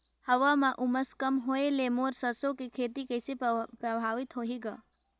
हवा म उमस कम होए ले मोर सरसो के खेती कइसे प्रभावित होही ग?